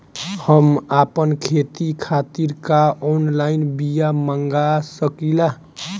हम आपन खेती खातिर का ऑनलाइन बिया मँगा सकिला?